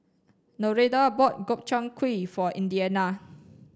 Nereida bought Gobchang Gui for Indiana